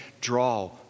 draw